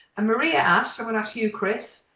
and maria asks, i'm gonna ask you chris,